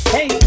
Hey